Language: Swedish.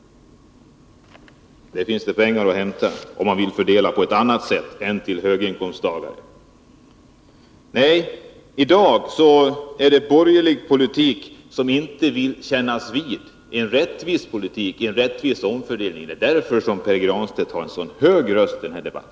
Där finns det pengar att hämta, om man vill fördela på ett annat sätt än till höginkomsttagare. Nej, i dag förs borgerlig politik, som inte vill kännas vid en rättvis omfördelning. Det är därför Pär Granstedt har en så hög röst i den här debatten.